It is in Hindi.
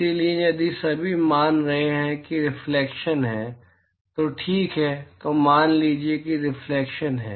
इसलिए यदि सभी मान रहे हैं कि रिफ्लेक्शन है तो ठीक है तो मान लीजिए कि रिफ्लेक्शन है